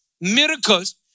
miracles